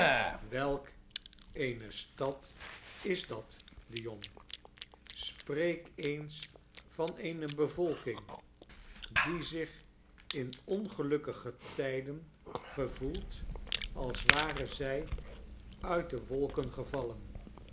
welk eene stad is dat lyon spreek eens van eene bevolking die zich in ongelukkige tijden gevoelt als ware zij uit de wolken gevallen